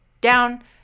down